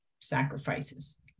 sacrifices